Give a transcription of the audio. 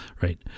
right